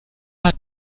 hat